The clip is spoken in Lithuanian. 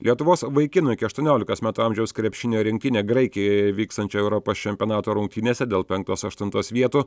lietuvos vaikinų iki aštuoniolikos metų amžiaus krepšinio rinktinė graikijoje vykstančio europos čempionato rungtynėse dėl penktos aštuntos vietų